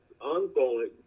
ongoing